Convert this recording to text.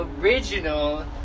original